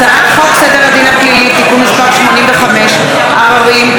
הצעת חוק סדר הדין הפלילי (תיקון מס' 85) (עררים),